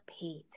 paid